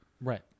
right